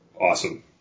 awesome